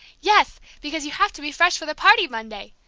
yes, because you have to be fresh for the party monday!